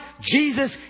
Jesus